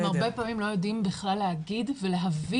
הם הרבה פעמים לא יודעים בכלל להגיד ולהבין,